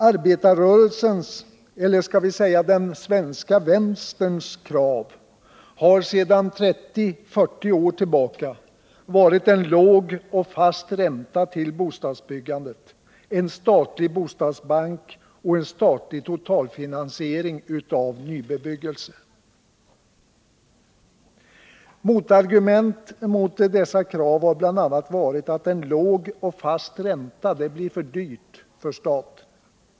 Arbetarrörelsens, eller skall vi säga den svenska vänsterns, krav har sedan 30-40 år tillbaka varit en låg och fast ränta till bostadsbyggandet, en statlig bostadsbank och en statlig totalfinansering av nybebyggelse. Motargumenten mot dessa krav har bl.a. varit att en låg och fast ränta blir för dyr för staten.